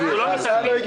עצמה.